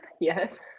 yes